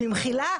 במחילה,